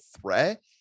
threat